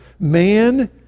Man